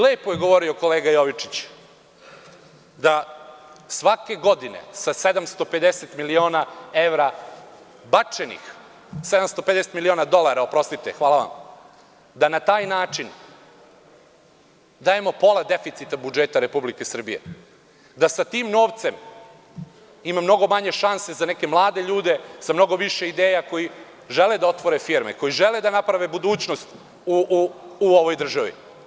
Lepo je govorio kolega Jovičić da svake godine sa 750 miliona dolara bačenih, da na taj način dajemo pola deficita budžeta Republike Srbije, da sa tim novcem ima mnogo manje šanse za neke mlade ljude sa mnogo više ideja koji žele da otvore firme, koji žele da naprave budućnost u ovoj državi.